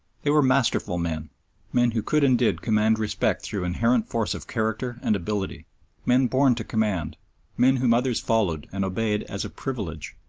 they were masterful men men who could and did command respect through inherent force of character and ability men born to command men whom others followed and obeyed as a privilege.